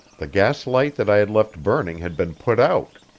the gas-light that i had left burning had been put out.